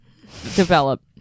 develop